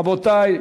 רבותי,